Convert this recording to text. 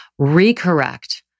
recorrect